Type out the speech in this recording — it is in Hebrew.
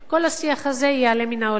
כל השיח הזה ייעלם מן העולם.